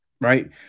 right